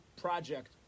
project